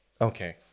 Okay